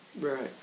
right